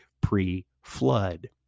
pre-flood